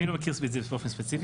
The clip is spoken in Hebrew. אני לא מכיר את זה באופן ספציפי,